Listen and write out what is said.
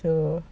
so